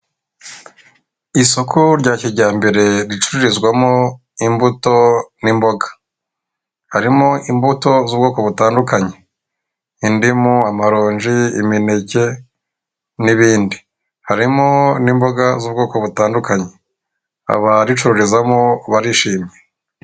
Isoko rya kijyambere ricururizwamo imbuto n'imboga, harimo imbuto z'ubwoko butandukanye, indimu, amaronje, imineke n'ibindi harimo n'imboga z'ubwoko butandukanye, abaricururizamo barishimye.